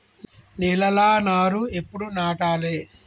నేలలా నారు ఎప్పుడు నాటాలె?